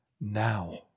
now